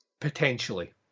Potentially